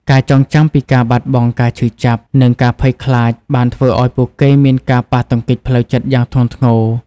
ការចងចាំពីការបាត់បង់ ការឈឺចាប់ និងការភ័យខ្លាចបានធ្វើឲ្យពួកគេមានការប៉ះទង្គិចផ្លូវចិត្តយ៉ាងធ្ងន់ធ្ងរ។